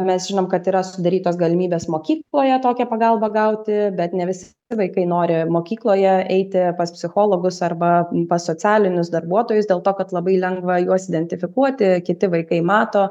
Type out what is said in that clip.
mes žinom kad yra sudarytos galimybės mokykloje tokią pagalbą gauti bet ne visi vaikai nori mokykloje eiti pas psichologus arba pas socialinius darbuotojus dėl to kad labai lengva juos identifikuoti kiti vaikai mato